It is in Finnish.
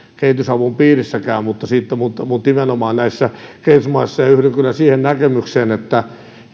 kehitysavun piirissäkään mutta mutta nimenomaan näissä kehitysmaissa yhdyn kyllä siihen näkemykseen että